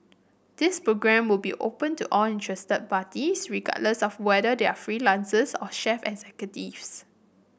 this programme will be open to all interested parties regardless of whether they are freelancers or chief executives